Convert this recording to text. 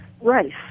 rice